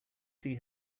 see